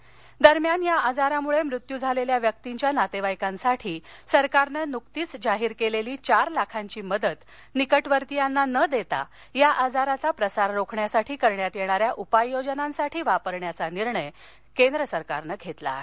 मदत दरम्यान या आजारामुळे मृत्यू झालेल्या व्यक्तींच्या नातेवाईकांसाठी सरकारनं नुकतीच जाहीर केलेली चार लाखाची मदत निकटवर्तीयांना न देता या आजाराचा प्रसार रोखण्यासाठी करण्यात येणाऱ्या उपाययोजनांसाठी वापरण्याचा निर्णय केंद्र सरकारनं घेतला आहे